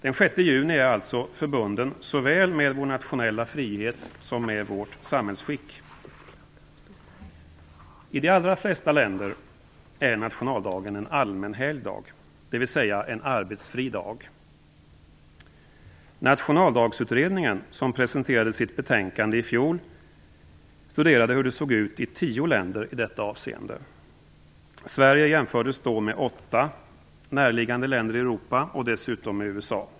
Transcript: Den 6 juni är alltså förbundet såväl med vår nationella frihet som med vårt samhällsskick. I de allra flesta länder är nationaldagen en allmän helgdag, dvs. en arbetsfri dag. Nationaldagsutredningen, som presenterade sitt betänkande i fjol, studerade hur det såg ut i tio länder i detta avseende. Sverige jämfördes då med åtta närliggande länder i Europa och dessutom med USA.